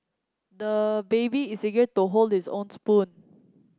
the baby is eager to hold this own spoon